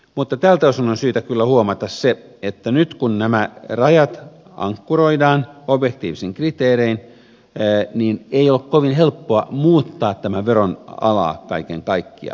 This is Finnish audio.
mutta tältä osin on syytä kyllä huomata se että nyt kun nämä rajat ankkuroidaan objektiivisin kriteerein niin ei ole kovin helppoa muuttaa tämän veron alaa kaiken kaikkiaan